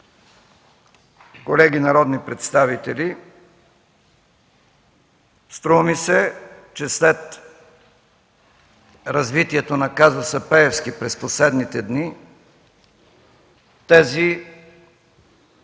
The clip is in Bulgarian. колеги народни представители, струва ми се, че след развитието на казуса „Пеевски” през последните дни тези